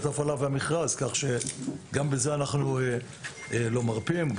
ההפעלה והמכרז כך שגם מזה אנחנו לא מרפים.